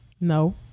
No